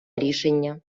рішення